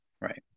right